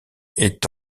est